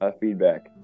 feedback